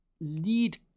lead